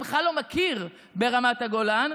הוא בכלל לא מכיר ברמת הגולן.